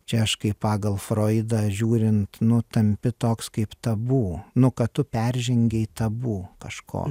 čia aš kai pagal froidą žiūrint nu tampi toks kaip tabu nu kad tu peržengei tabu kažko